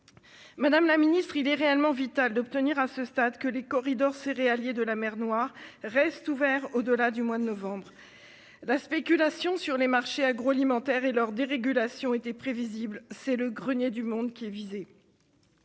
Première ministre, il est réellement vital d'obtenir, à ce stade, que les « corridors céréaliers » de la mer Noire restent ouverts au-delà du mois de novembre. La spéculation sur les marchés agroalimentaires et leur dérégulation étaient prévisibles : c'est le grenier du monde qui est visé.